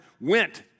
went